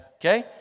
Okay